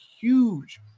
huge